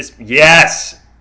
Yes